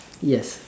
yes